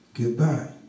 goodbye